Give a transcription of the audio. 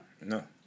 No